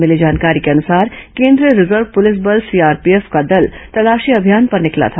मिली जानकारी के अनुसार केंद्रीय रिजर्व पुलिस बल सीआरपीएफ का दल तलाशी अभियान पर निकला था